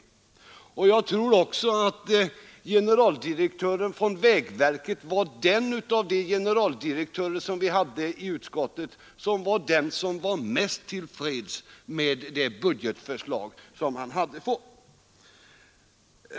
Jag tror också att generaldirektören i vägverket var den av de generaldirektörer som vi hörde i utskottet som var mest till freds med det budgetförslag som han hade fått.